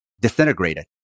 disintegrated